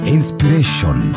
Inspiration